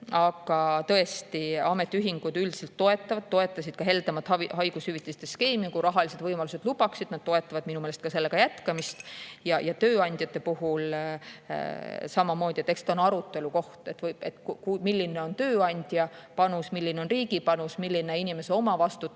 Tõesti, ametiühingud üldiselt toetavad, toetasid ka heldemat haigushüvitiste skeemi. Kui rahalised võimalused lubaksid, toetaksid nad minu meelest ka sellega jätkamist. Ja tööandjate puhul on samamoodi. Eks see on arutelu koht, milline on tööandja panus, milline on riigi panus, milline inimese omavastutus.